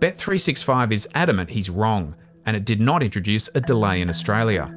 but three six five is adamant he's wrong and it did not introduce a delay in australia.